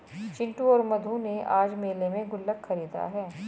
चिंटू और मधु ने आज मेले में गुल्लक खरीदा है